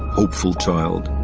hopeful child.